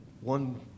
one